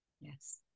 Yes